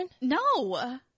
No